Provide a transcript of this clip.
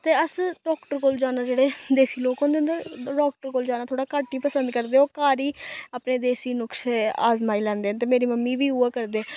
ते अस डाक्टर कोल जाना जेह्ड़े देसी लोक होंदे उं'दा डाक्टर कोल जाना थोह्ड़ा घट्ट गै पसंद करदे ओह् घर गै अपने देसी नुख्से आजमाई लैंदे ते मेरी मम्मी बी उ'ऐ करदे